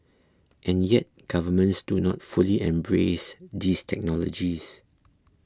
and yet governments do not fully embrace these technologies